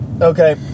Okay